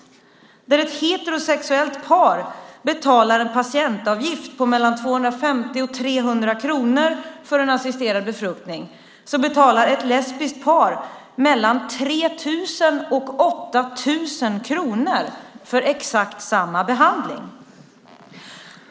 Medan ett heterosexuellt par betalar en patientavgift på mellan 250 och 300 kronor för en assisterad befruktning betalar ett lesbiskt par mellan 3 000 och 8 000 kronor för exakt samma behandling.